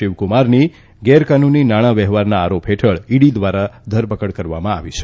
શિવકુમારની ગેરકાનૂની નાણાં વ્યવહારના આરોપ હેઠળ ઈડી ધ્વારા ધરપકડ કરવામાં આવી છે